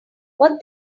what